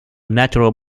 natural